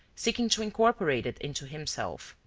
seeking to incorporate it into himself.